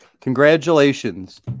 congratulations